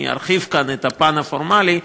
אני ארחיב כאן את הפן הפורמלי.